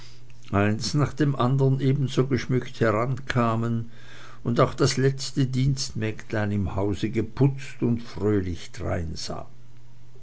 eins nach dem andern ebenso geschmückt herankamen und auch das letzte dienstmägdlein im hause geputzt und fröhlich dreinsah